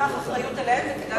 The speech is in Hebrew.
קח אחריות להם ותדאג שהם יצביעו,